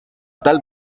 tal